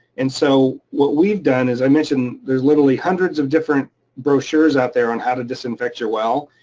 and so what we've done is i mentioned there's literally hundreds of different brochures out there on how to disinfect your well,